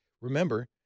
Remember